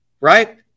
Right